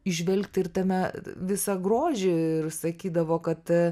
įžvelgti ir tame visą grožį ir sakydavo kad